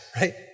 right